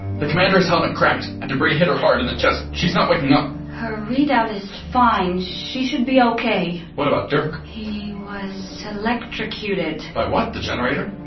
the commander's helmet cracked, and debris hit her hard in the chest. she's not waking up her readout is fine, she should be okay what about dirk? he was electrocuted by what, the generator?